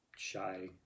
Shy